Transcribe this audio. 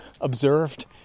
observed